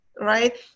right